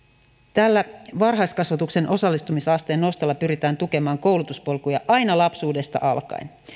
tällä varhaiskasvatuksen osallistumisasteen nostolla pyritään tukemaan koulutuspolkuja aina lapsuudesta alkaen